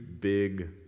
big